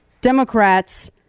Democrats